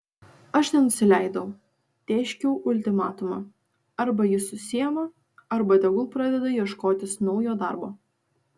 aš nenusileidau tėškiau ultimatumą arba jis susiima arba tegu pradeda ieškotis naujo darbo